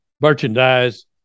merchandise